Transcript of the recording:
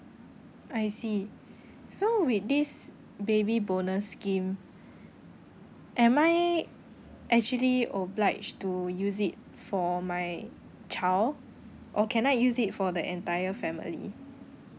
I see so with this baby bonus scheme am I actually obliged to use it for my child or can I use it for the entire family